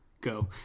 Go